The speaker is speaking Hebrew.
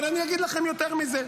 אבל אני אגיד לכם יותר מזה: